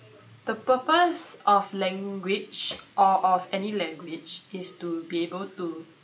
the purpose of language or of any language